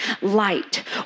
light